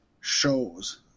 shows